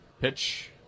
Pitch